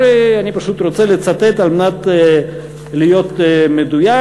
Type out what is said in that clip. אני פשוט רוצה לצטט על מנת להיות מדויק,